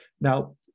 Now